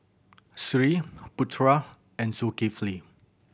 Sri Putra and Zulkifli